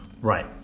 Right